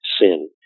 sin